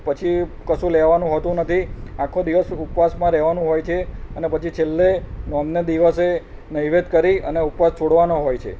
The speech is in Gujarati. પછી કશું લેવાનું હોતું નથી આખો દિવસ ઉપવાસમાં રહેવાનું હોય છે અને પછી છેલ્લે નોમને દિવસે નૈવેધ્ય કરી અને ઉપવાસ છોડવાનો હોય છે